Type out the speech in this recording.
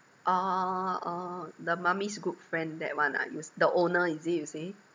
orh orh the mummy's good friend that one ah it's the owner is it you say